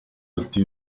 ati